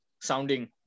sounding